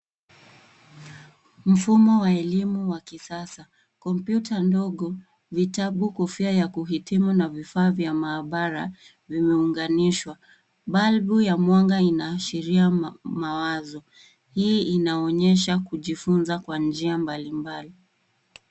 Mfumo wa elimu ya kisasa. Kompyuta ndogo, vitabu, kofia ya kuhitimu na vifaa vya maabara vimeunganishwa. Blabu ya mwanga inaashiria mawazo. Hii inaonyesha kujifunza kwa njia mbalimbali.